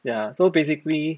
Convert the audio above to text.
ya so basically